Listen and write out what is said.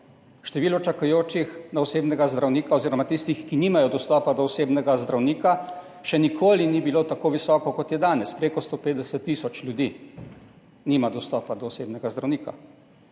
Število čakajočih na osebnega zdravnika oziroma tistih, ki nimajo dostopa do osebnega zdravnika, še nikoli ni bilo tako visoko, kot je danes, prek 150 tisoč ljudi nima dostopa do osebnega zdravnika.